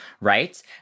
right